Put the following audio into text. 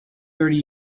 thirty